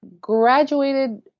graduated